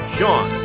Sean